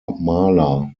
marla